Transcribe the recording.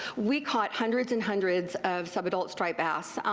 we caught hundreds and hundreds of sub-adult striped bass.